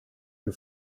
you